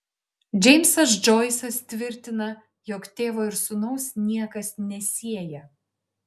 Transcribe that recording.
džeimsas džoisas tvirtina jog tėvo ir sūnaus niekas nesieja